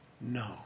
no